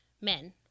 men